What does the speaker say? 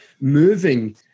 moving